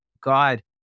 God